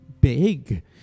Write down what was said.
big